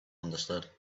understood